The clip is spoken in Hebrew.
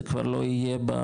זה כבר לא יהיה,